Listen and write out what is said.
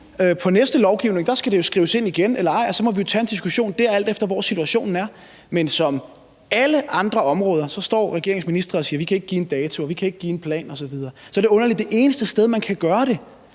det næste lovforslag skal det jo enten skrives ind igen eller ikke, og så må vi jo tage en diskussion om det på det tidspunkt, alt efter hvordan situationen er. Men som på alle andre områder står regeringens ministre og siger: Vi kan ikke give en dato, vi kan ikke komme med en plan osv. Så er det underligt, at det eneste sted, man kan gøre det,